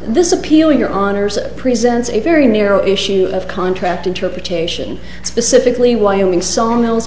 this appealing your honour's it presents a very narrow issue of contract interpretation specifically wyoming s